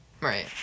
Right